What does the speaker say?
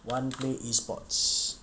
one play E sports